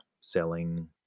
selling